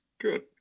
Good